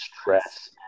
stress